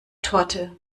torte